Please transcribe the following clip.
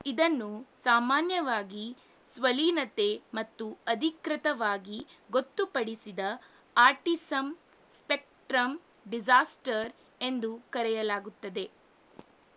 ಇದನ್ನು ಸಾಮಾನ್ಯವಾಗಿ ಸ್ವಲೀನತೆ ಮತ್ತು ಅಧಿಕೃತವಾಗಿ ಗೊತ್ತುಪಡಿಸಿದ ಆಟಿಸಂ ಸ್ಪೆಕ್ಟ್ರಮ್ ಡಿಸಾಸ್ಟರ್ ಎಂದು ಕರೆಯಲಾಗುತ್ತದೆ